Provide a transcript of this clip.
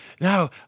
Now